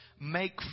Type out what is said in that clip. make